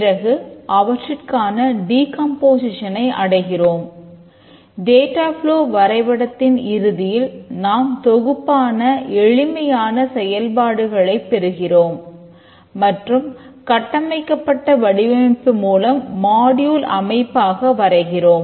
பிறகு அவற்றிற்கான டீகம்போசிஷனை அமைப்பாக வரைகிறோம்